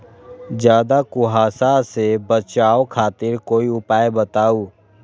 ज्यादा कुहासा से बचाव खातिर कोई उपाय बताऊ?